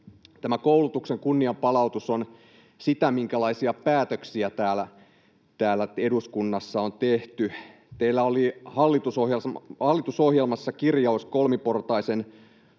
tämä koulutuksen kunnianpalautus on sitä, minkälaisia päätöksiä täällä eduskunnassa on tehty. Teillä oli hallitusohjelmassa kirjaus kolmiportaisen